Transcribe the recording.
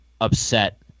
upset